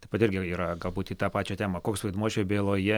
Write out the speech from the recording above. taip pat irgi yra galbūt į tą pačią temą koks vaidmuo šioj byloje